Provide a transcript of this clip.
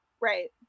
Right